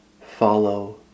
Follow